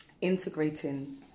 integrating